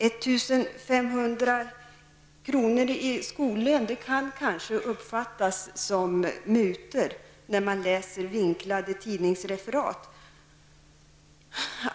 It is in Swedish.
1 500 kr. i skollön kan kanske uppfattas som mutor när man läser vinklade tidningsreferat.